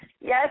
yes